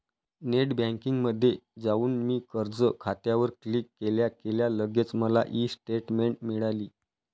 net बँकिंगमध्ये जाऊन मी कर्ज खात्यावर क्लिक केल्या केल्या लगेच मला ई स्टेटमेंट मिळाली